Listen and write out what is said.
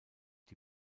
die